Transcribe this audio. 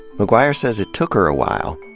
mcguire says it took her awhile,